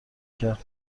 کرد